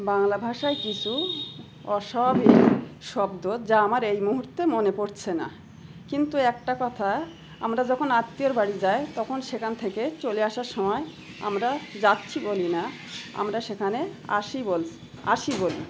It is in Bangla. বাংলা ভাষায় কিছু অস্বাভাবিক শব্দ যা আমার এই মুহুর্তে মনে পড়ছে না কিন্তু একটা কথা আমরা যখন আত্মীয়ের বাড়ি যাই তখন সেখান থেকে চলে আসার সময় আমরা যাচ্ছি বলি না আমরা সেখানে আসি বল আসি বলি